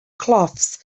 cloths